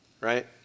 right